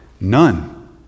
None